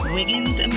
Wiggins